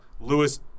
Lewis